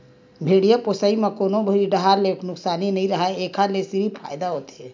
भेड़िया पोसई म कोनो भी डाहर ले नुकसानी नइ राहय एखर ले सिरिफ फायदा होथे